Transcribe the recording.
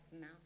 now